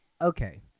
Okay